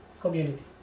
Community